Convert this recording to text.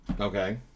Okay